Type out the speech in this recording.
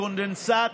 הקונדנסט